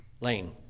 lane